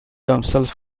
themselves